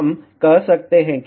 हम कह सकते हैं कि